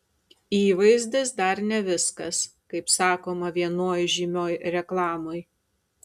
įvaizdis dar ne viskas kaip sakoma vienoj žymioj reklamoj